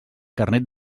carnet